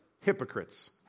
hypocrites